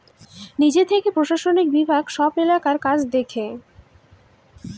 নিজে থেকে প্রশাসনিক বিভাগ সব এলাকার কাজ দেখে